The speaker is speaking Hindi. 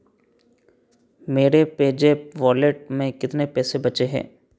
मेरे पेज़ैप वॉलेट में कितने पैसे बचे हैं